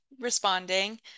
responding